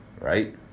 right